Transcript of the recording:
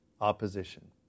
opposition